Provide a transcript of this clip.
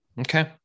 Okay